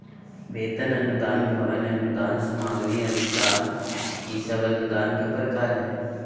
वेतन अनुदान, भवन अनुदान, सामग्री अनुदान ई सब अनुदान के प्रकार हय